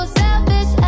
selfish